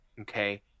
Okay